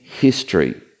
history